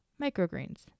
microgreens